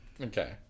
okay